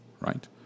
right